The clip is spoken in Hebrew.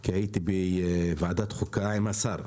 כי הייתי בוועדת החוקה עם השר,